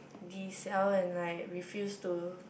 dee siao and like refuse to